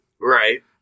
Right